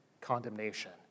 condemnation